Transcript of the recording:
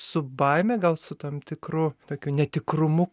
su baime gal su tam tikru tokiu netikrumu